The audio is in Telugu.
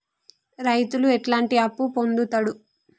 రైతు ఎట్లాంటి అప్పు పొందుతడు?